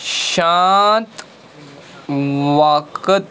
شانت وقت